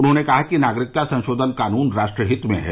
उन्होंने कहा कि नागरिकता संशोधन कानून राष्ट्रहीत में है